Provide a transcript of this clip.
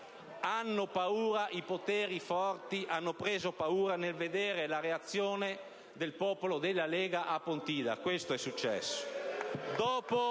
è divisa. I poteri forti hanno preso paura nel vedere la reazione del popolo della Lega a Pontida: questo è successo.